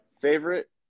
Favorite